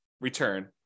return